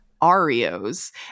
arios